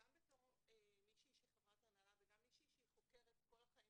גם כמישהי שהיא חברת הנהלה וגם כמי שחוקרת כל החיים